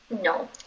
No